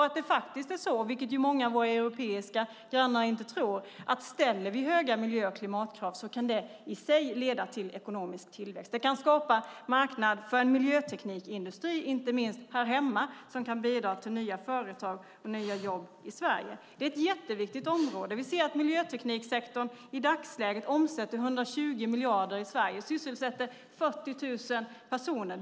Det är faktiskt så, vilket många av våra europeiska grannar inte tror, att om vi ställer höga miljö och klimatkrav kan det i sig skapa ekonomisk tillväxt. Det kan skapa marknad för miljöteknikindustri inte minst här hemma som kan bidra till nya företag och nya jobb i Sverige. Det är ett jätteviktigt område. Vi ser att miljötekniksektorn omsätter 120 miljarder i Sverige och sysselsätter 40 000 personer.